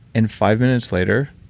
and five minutes later,